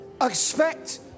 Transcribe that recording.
Expect